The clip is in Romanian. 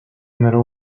mereu